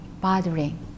bothering